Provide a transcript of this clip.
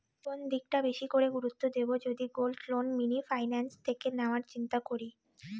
কোন দিকটা বেশি করে গুরুত্ব দেব যদি গোল্ড লোন মিনি ফাইন্যান্স থেকে নেওয়ার চিন্তা করি?